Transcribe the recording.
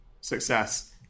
success